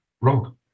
wrong